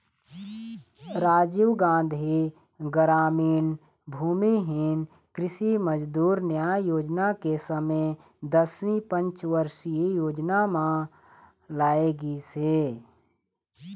राजीव गांधी गरामीन भूमिहीन कृषि मजदूर न्याय योजना के समे दसवीं पंचवरसीय योजना म लाए गिस हे